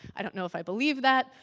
i don't know if i believe that.